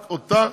רק אתה,